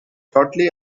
shortly